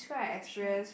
matchmake